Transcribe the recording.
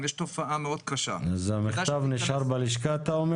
יש תופעה מאוד קשה --- אז אתה אומר שהמכתב נשאר בלשכה?